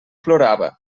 plorava